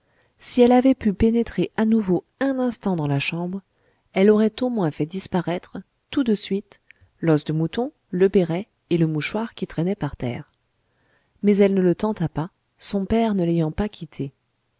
si elle avait pu pénétrer à nouveau un instant dans la chambre elle aurait au moins fait disparaître tout de suite l'os de mouton le béret et le mouchoir qui traînaient par terre mais elle ne le tenta pas son père ne l'ayant pas quittée